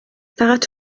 فقط